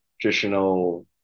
traditional